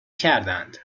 کردند